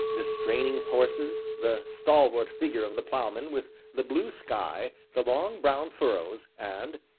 the straining horses, the stalwart figure of the ploughman, with the blue sky, the long, brown furrows, and,